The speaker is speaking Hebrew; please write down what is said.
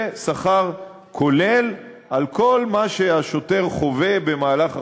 זה שכר כולל על כל מה שהשוטר חווה במהלך החודש,